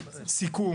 סיכום.